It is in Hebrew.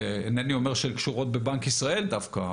אינני אומר שהן קשורות בבנק ישראל דווקא,